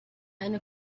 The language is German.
eine